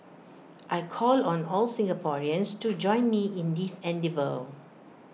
I call on all Singaporeans to join me in this endeavour